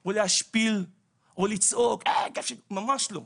או להשפיל או לצעוק, ממש לא.